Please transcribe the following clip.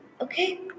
Okay